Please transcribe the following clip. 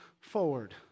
forward